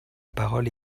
parole